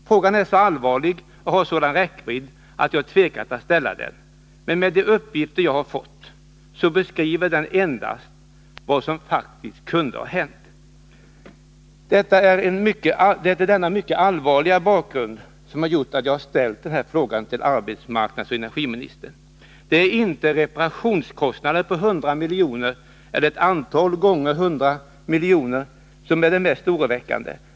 Frågan är så allvarlig och har en sådan räckvidd, att jag tvekat att ställa den, men enligt de uppgifter jag har fått beskriver den endast vad som faktiskt kunde ha hänt. Det är denna mycket allvarliga bakgrund som har gjort att jag ställde min fråga till arbetsmarknadsoch energiministern. Det är inte reparationskostnaderna på 100 milj.kr., eller ett antal gånger detta belopp, som är det mest oroväckande.